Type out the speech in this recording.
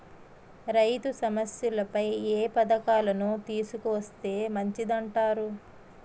రైతు సమస్యలపై ఏ పథకాలను తీసుకొస్తే మంచిదంటారు?